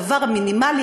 הדבר המינימלי,